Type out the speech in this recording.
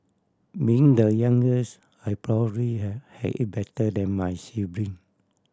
being the youngest I hey had it better than my sibling